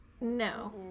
No